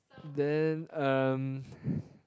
then um